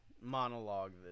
monologue